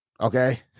Okay